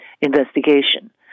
investigation